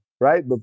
right